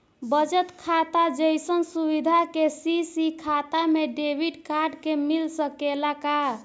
बचत खाता जइसन सुविधा के.सी.सी खाता में डेबिट कार्ड के मिल सकेला का?